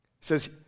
says